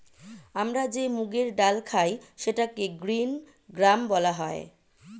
আমরা যে মুগের ডাল খাই সেটাকে গ্রীন গ্রাম বলা হয়